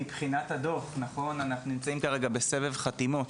מבחינת הדוח אנחנו נמצאים כרגע בסבב חתימות,